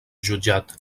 jutjat